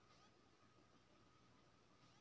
जनधन खाता केना खोलेबे?